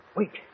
Wait